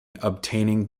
obtaining